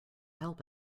help